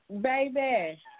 Baby